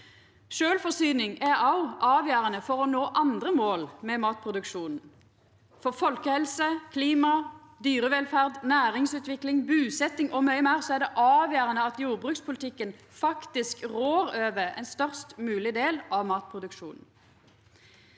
Sjølvforsyning er òg avgjerande for å nå andre mål med matproduksjonen. For folkehelse, klima, dyrevelferd, næringsutvikling, busetjing og mykje meir er det avgjerande at jordbrukspolitikken faktisk rår over ein størst mogleg del av matproduksjonen.